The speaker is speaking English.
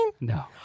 No